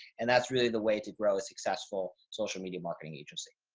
and that's really the way to grow a successful social media marketing agency.